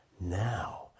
now